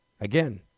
again